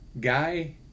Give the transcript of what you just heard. Guy